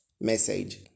message